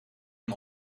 een